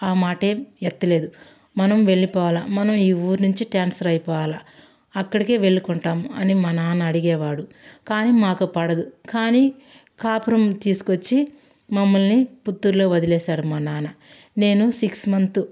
ఆ మాట ఎత్తలేదు మనం వెళ్ళిపోవాలి మనం ఈ ఊరి నుంచి ట్రాన్స్ఫర్ అయిపోవాలి అక్కడికి వెళ్ళి ఉంటాం అని మా నాన్న అడిగేవాడు కానీ మాకు పడదు కానీ కాపురం తీసుకొ వచ్చి మమ్మల్ని పుత్తూరులో వదిలేసారు మా నాన్న నేను సిక్స్ మంత్